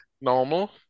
Normal